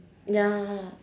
ya